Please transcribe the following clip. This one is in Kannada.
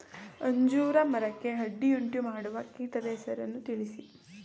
ಅಂಜೂರ ಮರಕ್ಕೆ ಅಡ್ಡಿಯುಂಟುಮಾಡುವ ಕೀಟದ ಹೆಸರನ್ನು ತಿಳಿಸಿ?